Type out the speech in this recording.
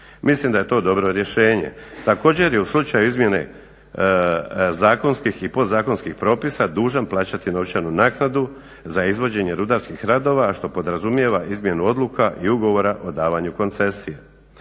Mislim da je to dobro rješenje. Također je u slučaju izmjene zakonskih i podzakonskih propisa dužan plaćati novčanu naknadu za izvođenje rudarskih radova, a što podrazumijeva izmjenu odluka i ugovora o davanju koncesija.